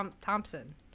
Thompson